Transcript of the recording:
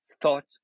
Thought